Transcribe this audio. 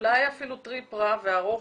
אולי אפילו טריפ רע וארוך